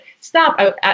stop